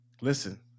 Listen